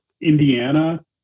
Indiana